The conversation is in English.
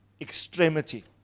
extremity